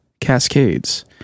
cascades